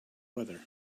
weather